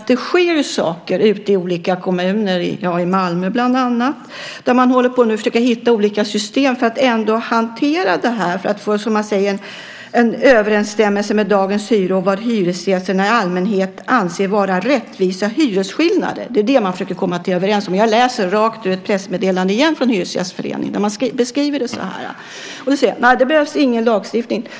Det sker ju saker ute i olika kommuner, bland annat i Malmö där man nu försöker hitta olika system för att ändå hantera det här för att, som man säger, få en överensstämmelse med dagens hyror och med vad hyresgästerna i allmänhet anser vara rättvisa hyresskillnader. Det är det som man försöker komma överens om - jag läser rakt av i ett pressmeddelande igen från Hyresgästföreningen där man beskriver det hela så här. Ni säger att det inte behövs någon lagstiftning.